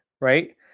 right